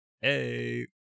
Hey